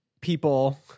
people